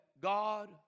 God